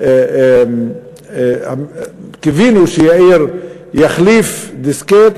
קיווינו שיאיר יחליף דיסקט,